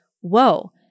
whoa